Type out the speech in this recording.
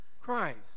Christ